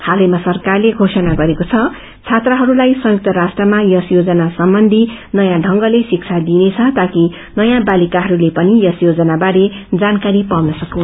हलैमा सरक्वरले घोषणा गरेको छ छात्राहरूलाई संयुक्त राष्ट्रमा यस योजना सम्वन्ची नयाँ ढंगले शिक्षा दिइनेछ ताकि नयाँ बालिकाहरूले पनि यस योजना बारे जानकारी पाउन सकूनु